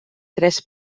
tres